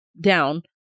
down